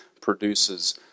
produces